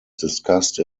discussed